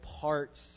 parts